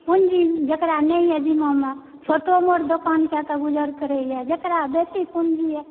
पूंजी जेकरा नहि यऽ जिम्मामे छोटो मोट दोकान कएके गुजर करइए जेकरा बेसी पूंजीए